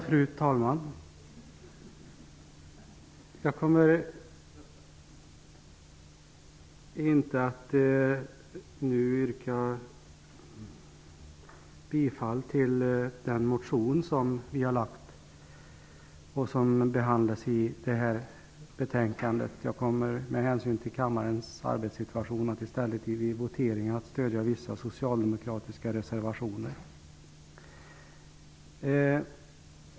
Fru talman! Jag kommer inte att nu yrka bifall till den motion som vi har väckt och som behandlas i föreliggande betänkande. Med hänsyn till kammarens arbetssituation kommer jag i stället vid voteringen att stödja vissa socialdemokratiska reservationer.